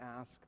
ask